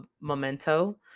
memento